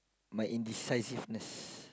my indecisiveness